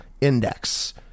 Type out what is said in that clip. Index